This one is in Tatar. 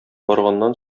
барганнан